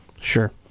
Sure